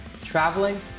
traveling